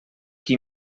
qui